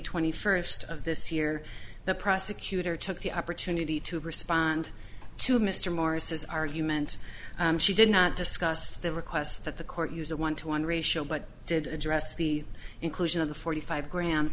twenty first of this year the prosecutor took the opportunity to respond to mr morris's argument she did not discuss the request that the court use a one to one ratio but did address the inclusion of the forty five gra